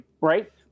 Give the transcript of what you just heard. Right